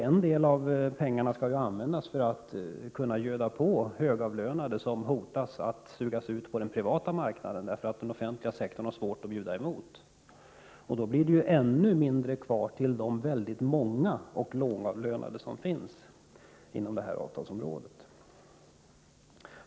En del av pengarna skall användas för de högavlönade, som hotas att sugas ut till den privata marknaden, därför att den offentliga sektorn har svårt att bjuda emot. Då blir det ännu mindre kvar till de väldigt många lågavlönade som finns inom detta avtalsområde.